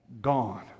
gone